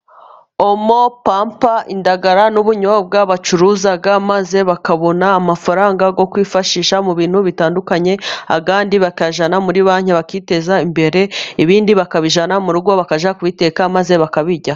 Omo, pampa, indagara n'ubunyobwa bacuruza maze bakabona amafaranga yo kwifashisha mu bintu bitandukanye, ayandi bakayajyana muri banki bakiteza imbere, ibindi bakabijyana mu rugo bakajya kubiteka maze bakabirya.